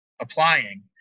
applying